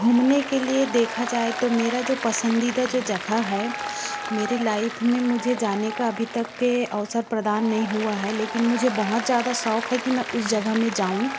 घूमने के लिये देखा जाए तो मेरा जो पसंदीदा जो जगह है मेरी लाइफ में मुझे जाने का अभी तक के अवसर प्रदान नहीं हुआ है लेकिन मुझे बहुत ज़्यादा शौक है कि मैं उस जगह में जाऊँ